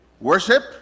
worship